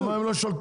למה הן לא שולטות?